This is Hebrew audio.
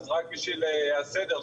אז רק בשביל הסדר,